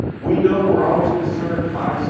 we know we're always going to serve five, so